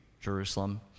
Jerusalem